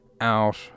out